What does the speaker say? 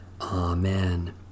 Amen